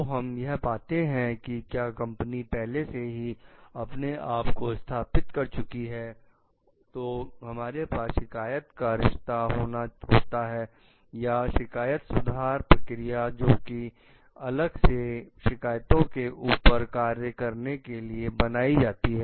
तो हम यह पाते हैं कि क्या कंपनी पहले से ही अपने आप को स्थापित कर चुकी है तो हमारे पास शिकायत का रिश्ता होता है या शिकायत सुधार प्रक्रिया जो कि अलग से शिकायतों के ऊपर कार्य करने के लिए बनाई जाती हैं